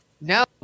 No